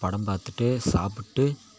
படம் பார்த்துட்டு சாப்பிட்டு